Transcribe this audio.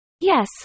Yes